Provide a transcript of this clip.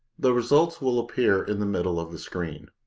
the results will appear in the middle of the screen.